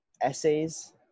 essays